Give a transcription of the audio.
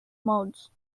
modes